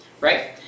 right